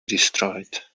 destroyed